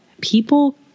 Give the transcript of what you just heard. people